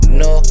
no